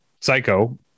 Psycho